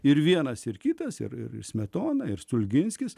ir vienas ir kitas ir smetona ir stulginskis